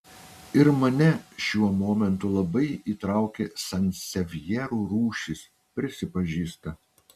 ir mane šiuo momentu labai įtraukė sansevjerų rūšys prisipažįsta